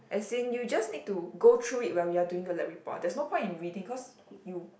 as in you just need to go through it while you are doing the lab report there's no point in reading cause you